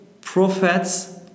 prophets